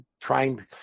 trying